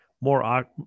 more